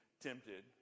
tempted